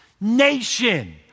nation